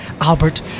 Albert